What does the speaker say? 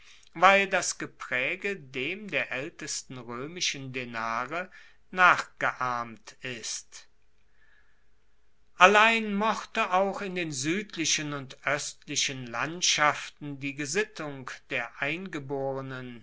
weil das gepraege dem der aeltesten roemischen denare nachgeahmt ist allein mochte auch in den suedlichen und oestlichen landschaften die gesittung der eingeborenen